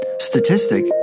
statistic